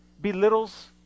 belittles